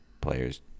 players